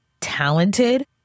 talented